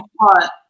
hot